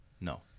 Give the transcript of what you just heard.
No